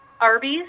Arby's